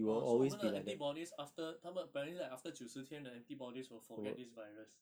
orh so 我们的 antibodies after 他们 apparently like after 九十天 the antibodies will forget this virus